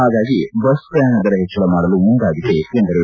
ಹಾಗಾಗಿ ಬಸ್ ಪ್ರಯಾಣ ದರ ಹೆಚ್ಚಳ ಮಾಡಲು ಮುಂದಾಗಿದೆ ಎಂದರು